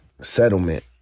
settlement